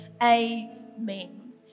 Amen